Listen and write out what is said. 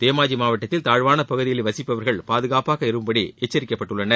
தேமாஜி மாவட்டத்தில் தாழ்வான பகுதிகளில் வசிப்பவர்கள் பாதுகாப்பாக இருக்கும்படி எச்சரிக்கப்பட்டுள்ளனர்